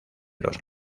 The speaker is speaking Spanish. los